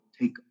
take